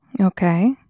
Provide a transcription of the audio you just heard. okay